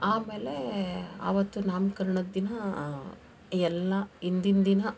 ಆಮೇಲೆ ಅವತ್ತು ನಾಮ್ಕರ್ಣದ ದಿನ ಎಲ್ಲ ಹಿಂದಿನ ದಿನ